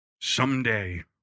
someday